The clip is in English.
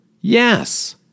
Yes